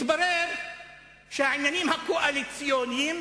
מתברר שהעניינים הקואליציוניים